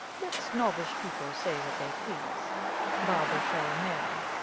let snobbish people say what they please barbara shall marry,